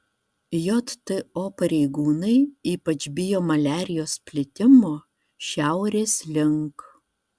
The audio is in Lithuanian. jto pareigūnai ypač bijo maliarijos plitimo šiaurės link